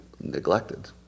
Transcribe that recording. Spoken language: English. neglected